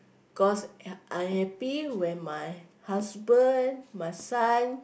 cause I I happy when my husband my son